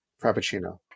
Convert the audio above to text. frappuccino